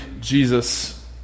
Jesus